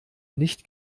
nicht